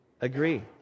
agree